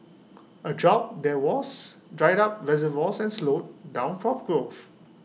A drought there was dried up reservoirs and slowed down crop growth